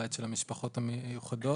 הבית של המשפחות המיוחדות.